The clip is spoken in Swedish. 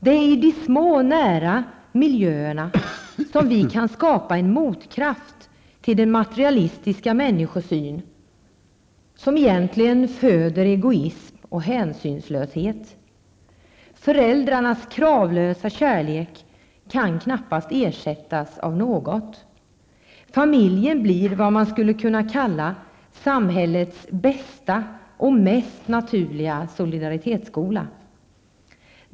Det är i de små nära miljöerna som vi kan skapa en motkraft till den materialistiska människosyn som egentligen föder egoism och hänsynslöshet. Föräldrarnas kravlösa kärlek kan knappast ersättas av något. Familjen blir vad man skulle kunna kalla samhällets bästa och mest naturliga solidaritetsskola.